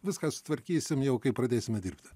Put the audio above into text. viską sutvarkysim jau kai pradėsime dirbti